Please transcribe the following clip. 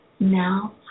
Now